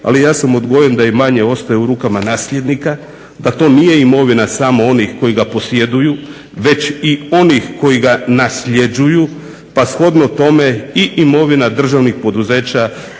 ali ja sam odgojen da imanje ostaje u rukama nasljednika da to nije imovina samo onih koji ih posjeduju, već i onih koji ga nasljeđuju, pa shodno tome i imovina državnih poduzeća